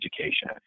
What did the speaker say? education